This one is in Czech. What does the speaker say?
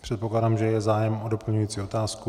Předpokládám, že je zájem o doplňující otázku.